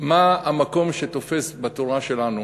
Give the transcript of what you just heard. מה המקום שתופס בתורה שלנו,